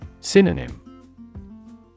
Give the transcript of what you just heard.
Synonym